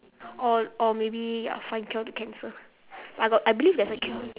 or or maybe I'll find cure to cancer I got I believe there's a cure